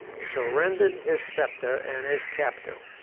surrendered his sceptre and his capital.